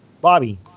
Bobby